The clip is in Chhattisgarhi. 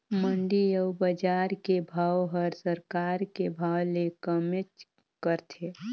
मंडी अउ बजार के भाव हर सरकार के भाव ले कमेच रथे